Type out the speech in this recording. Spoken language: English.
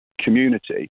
community